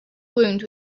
wound